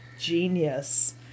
genius